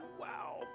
Wow